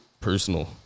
personal